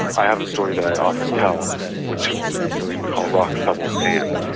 i have a story that i often tell which is something we call rocks, pebbles, sand.